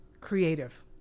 creative